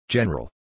General